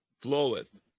floweth